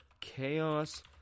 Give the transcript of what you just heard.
Chaos